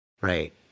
right